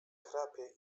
chrapie